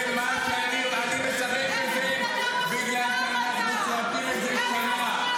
ודי --- אני מצטט את זה בגלל שאנחנו צועקים את זה שנה.